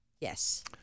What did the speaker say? yes